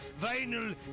vinyl